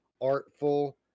artful